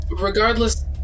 regardless